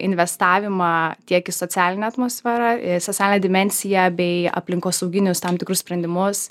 investavimą tiek į socialinę atmosferą į socialinę dimensiją bei aplinkosauginius tam tikrus sprendimus